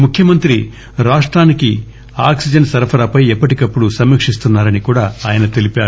ముఖ్యమంత్రి రాష్టానికి ఆక్పిజన్ సరఫరాపై ఎప్పటికప్పుడు సమీకిస్తున్నా రని కూడా ఆయన తెలిపారు